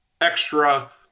extra